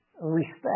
respect